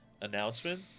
announcement